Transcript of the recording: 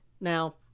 Now